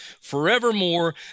forevermore